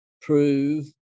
prove